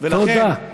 תודה.